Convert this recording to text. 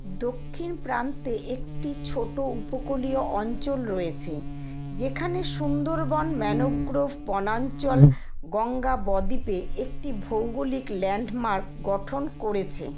দক্ষিণ প্রান্তে একটি ছোটো উপকূলীয় অঞ্চল রয়েছে যেখানে সুন্দরবন ম্যানোগ্রোভ বনাঞ্চল গঙ্গা ব দ্বীপে একটি ভৌগলিক ল্যান্ডমার্ক গঠন করেছে